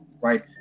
right